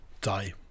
die